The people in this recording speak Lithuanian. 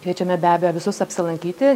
kviečiame be abejo visus apsilankyti